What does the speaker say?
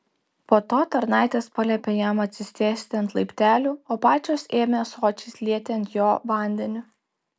po to tarnaitės paliepė jam atsisėsti ant laiptelių o pačios ėmė ąsočiais lieti ant jo vandeni